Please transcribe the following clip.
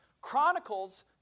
Chronicles